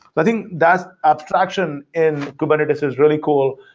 i think that abstraction in kubernetes is really cool,